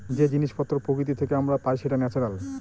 যে জিনিস পত্র প্রকৃতি থেকে আমরা পাই সেটা ন্যাচারাল